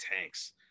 tanks